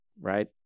Right